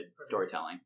storytelling